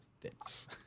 fits